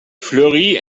fleury